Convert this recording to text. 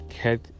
head